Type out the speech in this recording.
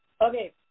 Okay